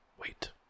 wait